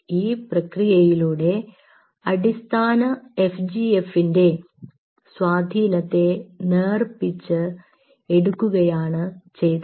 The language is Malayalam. ഈ പ്രക്രിയയിലൂടെ അടിസ്ഥാന എഫ് ജി എഫ് ന്റെ സ്വാധീനത്തെ നേർപ്പിച്ച് എടുക്കുകയാണ് ചെയ്തത്